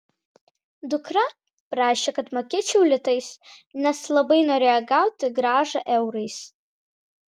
dukra prašė kad mokėčiau litais nes labai norėjo gauti grąžą eurais